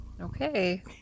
okay